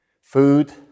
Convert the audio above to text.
Food